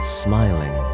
smiling